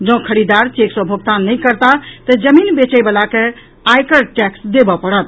जॅऽ खरीददार चेक सॅ भोगतान नहि करताह तऽ जमीन बेचै वला के आयकर टैक्स देबऽ पड़त